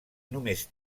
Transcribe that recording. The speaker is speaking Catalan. només